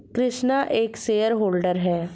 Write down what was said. कृष्णा एक shareholder है